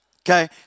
okay